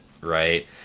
right